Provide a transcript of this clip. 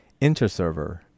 InterServer